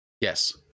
Yes